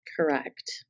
correct